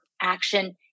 Action